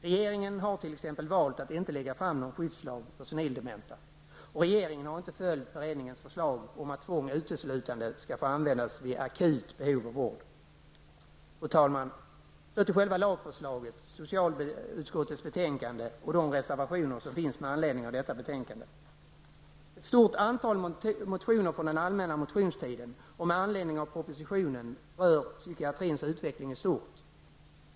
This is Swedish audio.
Regeringen har t.ex. valt att inte lägga fram någon skyddslag för senildementa och regeringen har inte följt beredningens förslag om att tvång uteslutande skall få användas vid akut behov av vård. Fru talman! Så till själva lagförslaget, socialutskottets betänkande och de reservationer som finns med anledning av detta betänkande. Ett stort antal motioner från allmänna motionstiden och med anledning av propositionen rör psykiatrins utveckling i stort.